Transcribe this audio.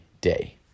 day